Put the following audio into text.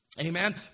Amen